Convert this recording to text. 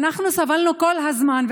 אנחנו סבלנו כל הזמן,